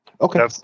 Okay